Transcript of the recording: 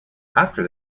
after